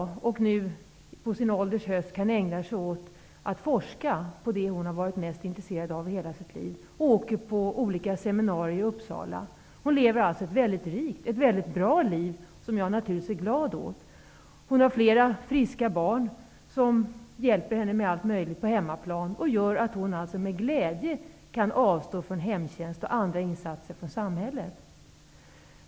Hon kan nu på sin ålders höst ägna sig åt att forska i det hon har varit mest intresserad av i hela sitt liv. Hon åker på olika seminarier i Uppsala. Hon lever alltså ett väldigt bra liv, som jag naturligtvis är glad åt. Hon har flera friska barn som hjälper henne med allt möjligt på hemmaplan. Det gör att hon alltså med glädje kan avstå från hemtjänst och andra insatser från samhället.